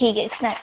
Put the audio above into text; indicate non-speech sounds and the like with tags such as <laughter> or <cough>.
ठीक एह् <unintelligible>